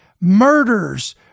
murders